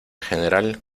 general